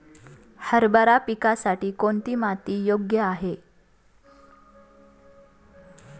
हरभरा पिकासाठी कोणती माती योग्य आहे?